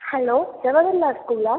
hello Jawaharlal ஸ்கூலா